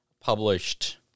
published